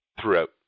throughout